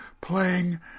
playing